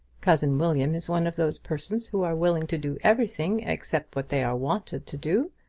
cousin william is one of those persons who are willing to do everything except what they are wanted to do.